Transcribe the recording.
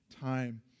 time